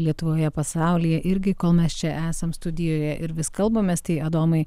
lietuvoje pasaulyje irgi kol mes čia esam studijoje ir vis kalbamės tai adomai